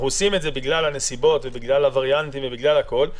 אנחנו עושים את זה בגלל הנסיבות ובגלל הווריאנטים ובגלל הכול,